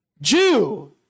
Jew